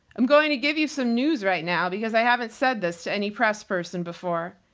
i'm going to give you some news right now because i haven't said this to any press person before,